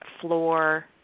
floor